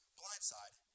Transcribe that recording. blindside